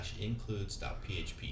includes.php